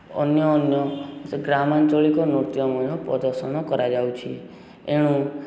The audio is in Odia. ଅନ୍ୟ ଅନ୍ୟ ସେ ଗ୍ରାମାଞ୍ଚଳିକ ନୃତ୍ୟ ମଧ୍ୟ ପ୍ରଦର୍ଶନ କରାଯାଉଛି ଏଣୁ